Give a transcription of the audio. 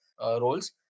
roles